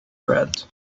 red